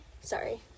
Sorry